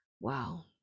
Wow